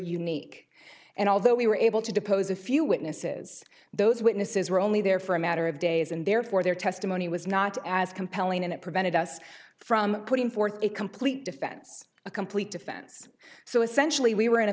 unique and although we were able to depose a few witnesses those witnesses were only there for a matter of days and therefore their testimony was not as compelling and it prevented us from putting forth a complete defense a complete defense so essentially we were in a